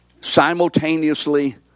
simultaneously